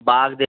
বাঘ দেখতে